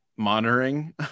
monitoring